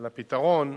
על הפתרון.